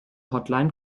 hotline